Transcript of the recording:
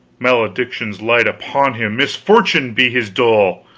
maledictions light upon him, misfortune be his dole!